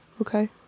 Okay